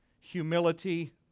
humility